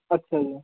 ਅੱਛਾ ਜੀ